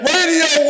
Radio